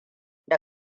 da